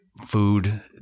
food